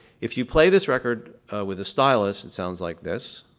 if you play this record with a stylus, it sounds like this.